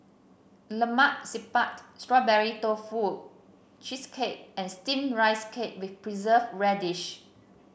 Lemak Siput Strawberry Tofu Cheesecake and steamed Rice Cake with Preserved Radish